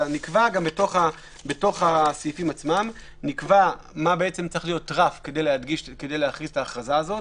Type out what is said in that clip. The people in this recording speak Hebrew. נקבע בסעיפים עצמם מה בעצם צריך להיות הרף כדי להכריז את ההכרזה הזאת